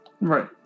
Right